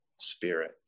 spirit